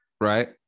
Right